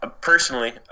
Personally